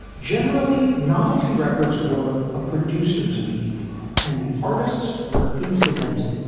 generally novelty records were a producer's medium and the artists were incidental.